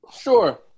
Sure